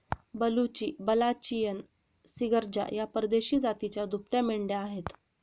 बलुची, बल्लाचियन, सिर्गजा या परदेशी जातीच्या दुभत्या मेंढ्या आहेत